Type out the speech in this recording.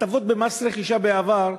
הטבות במס רכישה בעבר,